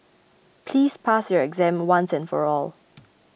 please pass your exam once and for all